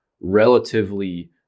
relatively